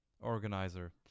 organizer